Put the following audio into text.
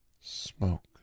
smoke